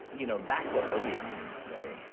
you know, that's what libya means, right?